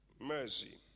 Mercy